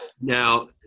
Now